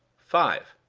five.